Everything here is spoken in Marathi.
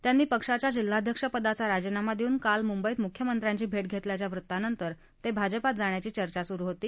त्यांनी पक्षाच्या जिल्हाध्यक्ष पदाचा राजीनामा देऊन काल मुंबईत मुख्यमंत्र्यांची भेट घेतल्याच्या वृत्तानंतर ते भाजपात जाण्याची चर्चा सुरू होती